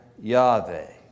Yahweh